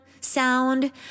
sound